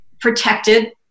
protected